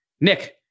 Nick